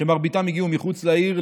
שמרביתם הגיעו מחוץ לעיר,